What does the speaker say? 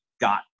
got